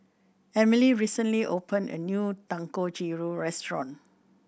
Emily recently opened a new Dangojiru restaurant